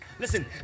Listen